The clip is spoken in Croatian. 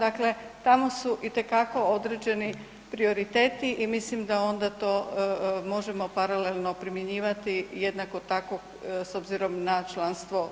Dakle, tamo su itekako određeni prioriteti i mislim da onda to možemo paralelno primjenjivati jednako tako s obzirom na članstvo